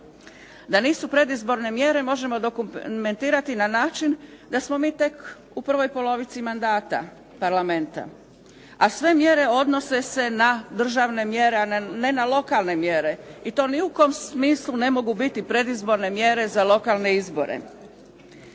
to nisu predizborne mjere možemo dokumentirati na način da smo mi tek u prvoj polovici mandata parlamenta, a sve mjere odnose se na državne mjere, ne na lokalne mjere i to ni u kom smislu ne mogu biti predizborne mjere za lokalne izbore.